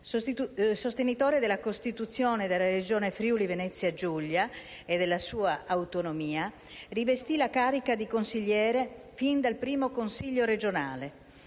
sostenitore della costituzione della Regione Friuli-Venezia Giulia e della sua autonomia; rivestì la carica di consigliere fin dal primo Consiglio regionale.